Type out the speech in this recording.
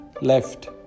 Left